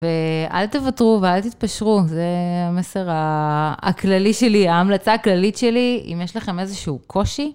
ואל תוותרו ואל תתפשרו, זה המסר הכללי שלי, ההמלצה הכללית שלי, אם יש לכם איזשהו קושי.